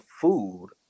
food